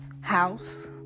house